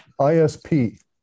ISP